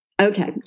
Okay